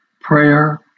prayer